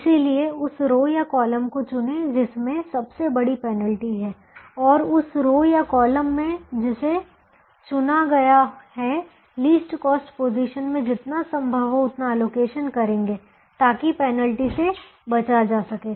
इसलिए उस रो या कॉलम को चुनें जिसमें सबसे बड़ी पेनल्टी है और उस रो या कॉलम में जिसे चुना गया है लीस्ट कॉस्ट पोजीशन में जितना संभव हो उतना अलोकेशन करेंगे ताकि पेनल्टी से बचा जा सके